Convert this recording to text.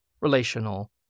relational